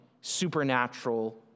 supernatural